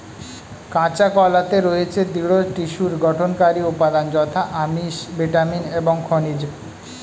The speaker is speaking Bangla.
কাঁচা কলাতে রয়েছে দৃঢ় টিস্যুর গঠনকারী উপাদান যথা আমিষ, ভিটামিন এবং খনিজ